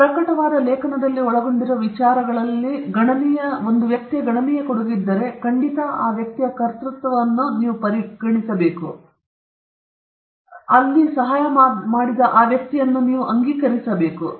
ಪ್ರಕಟವಾದ ಕಾಗದದಲ್ಲಿ ಒಳಗೊಂಡಿರುವ ವಿಚಾರಗಳ ಅಭಿವೃದ್ಧಿಯಲ್ಲಿ ಗಣನೀಯ ಕೊಡುಗೆ ಇದ್ದರೆ ಖಂಡಿತ ಆ ವ್ಯಕ್ತಿಯ ಕರ್ತೃತ್ವವನ್ನು ನೀಡುವುದನ್ನು ನೀವು ಖಂಡಿತವಾಗಿ ಪರಿಗಣಿಸಬೇಕು ಆದರೆ ಗಣನೀಯ ಕೊಡುಗೆಯನ್ನು ನೀಡದಿದ್ದರೆ ಇಲ್ಲಿ ಮತ್ತು ಅಲ್ಲಿ ಮಾತ್ರ ಸಹಾಯ ಮಾಡಲು ನೀವು ಆ ವ್ಯಕ್ತಿ ಅನ್ನು ಅಂಗೀಕರಿಸುತ್ತೀರಿ